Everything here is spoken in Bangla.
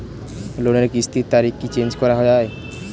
লোনের কিস্তির তারিখ কি চেঞ্জ করা যায়?